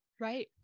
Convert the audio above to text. Right